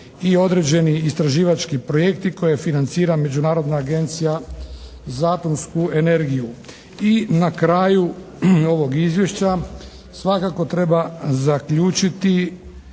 i određeni istraživački projekti koje financira Međunarodna agencija za atomsku energiju. I na kraju ovog izvješća svakako treba zaključiti